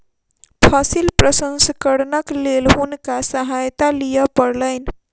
फसिल प्रसंस्करणक लेल हुनका सहायता लिअ पड़लैन